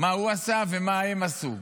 מה הוא עשה ומה הם עשו,